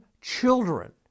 children